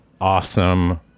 Awesome